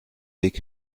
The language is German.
weg